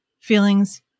feelings